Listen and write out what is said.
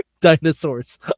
Dinosaurs